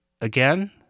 again